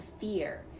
fear